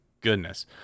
goodness